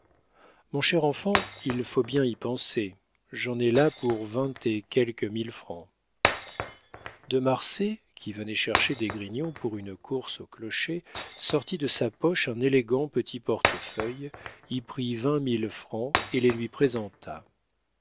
mon cher enfant il faut bien y penser j'en ai là pour vingt et quelques mille francs de marsay qui venait chercher d'esgrignon pour une course au clocher sortit de sa poche un élégant petit portefeuille y prit vingt mille francs et les lui présenta